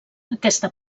aquesta